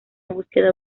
búsqueda